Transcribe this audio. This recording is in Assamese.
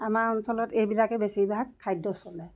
আমাৰ অঞ্চলত এইবিলাকেই বেছিভাগ খাদ্য চলে